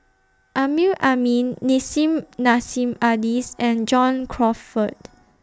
Amrin Amin Nissim Nassim Adis and John Crawfurd